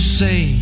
say